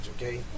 Okay